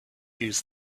use